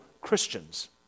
Christians